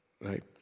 right